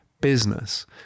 business